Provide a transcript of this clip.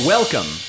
Welcome